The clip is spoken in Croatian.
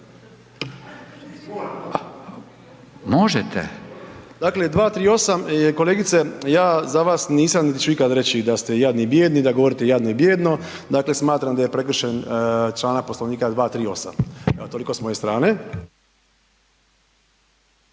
Dakle, 238. kolegice ja za vas nisam niti ću ikada reći da ste jadni i bijedni i da govorite jadno i bijedno, dakle smatram da je prekršen članak Poslovnika 238. Evo toliko s moje strane.